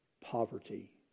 poverty